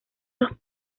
los